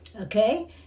Okay